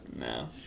no